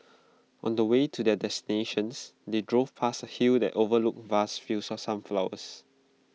on the way to their destinations they drove past A hill that overlooked vast fields of sunflowers